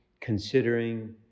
considering